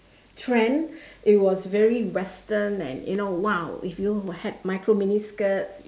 trend it was very western and you know !wow! if you had micro mini skirts